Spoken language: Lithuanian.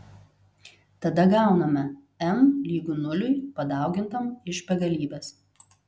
tada gauname m lygu nuliui padaugintam iš begalybės